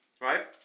right